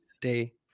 day